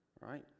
right